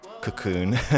cocoon